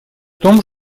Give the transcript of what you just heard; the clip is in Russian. том